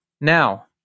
Now